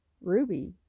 Ruby